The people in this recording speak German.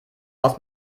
aus